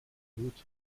luce